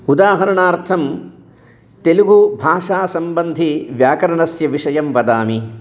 उदाहरणार्थं तेलुगुभाषा सम्बन्धि व्याकरणस्य विषयं वदामि